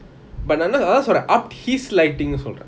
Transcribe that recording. but ஆனா அதன் சொல்றன்:aana athan solran upped his lighting சொல்றன்:solran